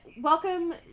welcome